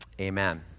amen